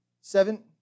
seven